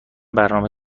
برنامه